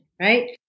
right